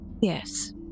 Yes